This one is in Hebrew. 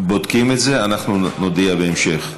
בודקים את זה, אנחנו נודיע בהמשך.